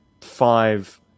five